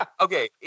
Okay